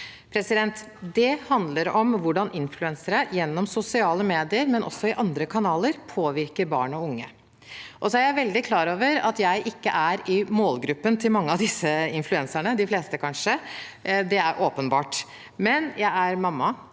fram. Det handler om hvordan influensere gjennom sosiale medier og også i andre kanaler påvirker barn og unge. Jeg er veldig klar over at jeg åpenbart ikke er i målgruppen til mange av disse influenserne – de fleste, kanskje – men jeg er mamma,